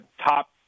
top